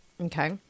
Okay